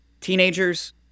teenagers